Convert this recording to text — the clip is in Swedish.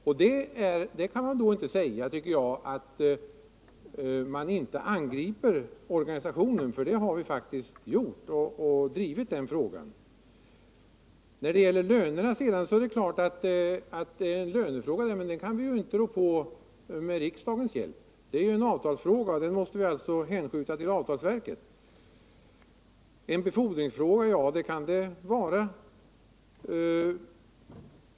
Jag tycker inte att man kan säga att vi inte angripit organisationen och drivit den frågan, för det har vi faktiskt gjort. När det sedan gäller lönerna så är det klart att vi inte kan rå på dem med riksdagens hjälp. Det är en avtalsfråga som måste hänskjutas till avtalsverket. En befordringsfråga — ja, det kan det vara.